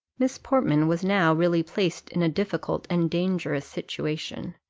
miss portman was now really placed in a difficult and dangerous situation,